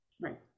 right